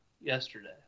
yesterday